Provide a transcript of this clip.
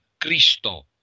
Cristo